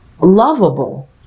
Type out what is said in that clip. lovable